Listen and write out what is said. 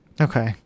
Okay